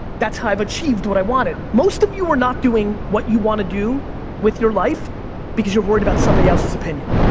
that's how i've achieved what i wanted. most of you are not doing what you want to do with your life because you're worried about someone else's opinion.